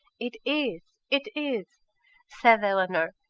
it is it is said eleanor,